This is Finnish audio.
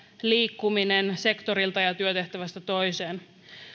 liikkuminen sektorilta ja työtehtävästä toiseen